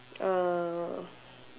uh